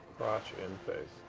crotch in face.